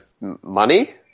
money